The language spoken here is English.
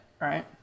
right